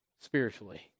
spiritually